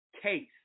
case